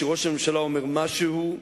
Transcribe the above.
שכשראש הממשלה אומר משהו,